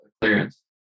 clearance